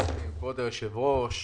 כבוד היושב-ראש,